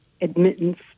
admittance